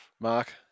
Mark